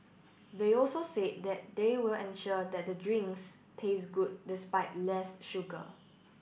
they also said that they will ensure that the drinks taste good despite less sugar